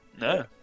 no